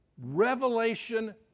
revelation